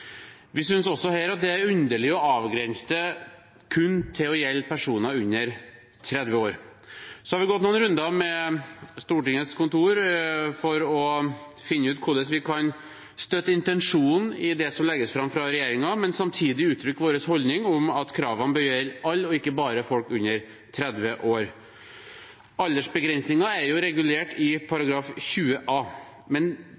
Vi synes også her at det er underlig å avgrense det til kun å gjelde personer under 30 år. Så har vi gått noen runder med Stortingets kontor for å finne ut hvordan vi kan støtte intensjonen i det som legges fram fra regjeringen, men samtidig uttrykke vår holdning om at kravene bør gjelde alle og ikke bare folk under 30 år. Aldersbegrensningen er regulert i § 20 a, men